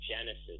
genesis